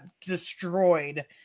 destroyed